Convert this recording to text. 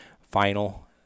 final